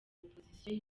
opposition